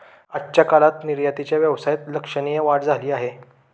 आजच्या काळात निर्यातीच्या व्यवसायात लक्षणीय वाढ झाली आहे